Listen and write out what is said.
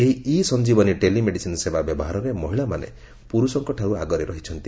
ଏହି e Sanjeevani telemedicine ସେବା ବ୍ୟବହାରରେ ମହିଳାମାନେ ପୁରୁଷଙ୍କଠାରୁ ଆଗରେ ରହିଛନ୍ତି